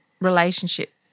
relationship